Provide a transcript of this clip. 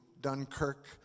Dunkirk